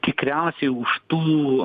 tikriausiai už tų